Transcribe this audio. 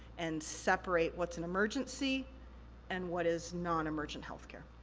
and separate what's an emergency and what is non-emergent healthcare.